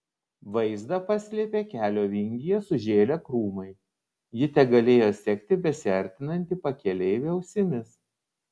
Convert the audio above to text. vaizdą paslėpė kelio vingyje sužėlę krūmai ji tegalėjo sekti besiartinantį pakeleivį ausimis